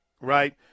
right